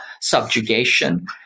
subjugation